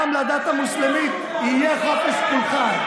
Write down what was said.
גם לדת המוסלמית יהיה חופש פולחן.